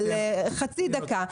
אבל חצי דקה.